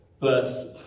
verse